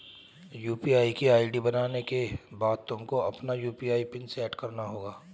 UPI की ID बनाने के बाद तुमको अपना यू.पी.आई पिन सैट करना होगा